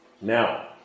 Now